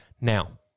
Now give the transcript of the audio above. now